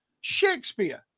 Shakespeare